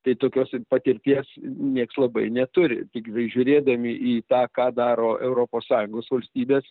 tai tokios ir patirties nieks labai neturi tiktai žiūrėdami į tą ką daro europos sąjungos valstybės